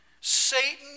Satan